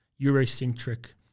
Eurocentric